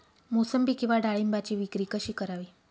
मोसंबी किंवा डाळिंबाची विक्री कशी करावी?